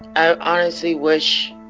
i honestly wish